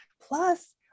plus